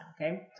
Okay